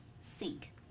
Sink